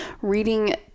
reading